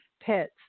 pets